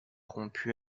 rompu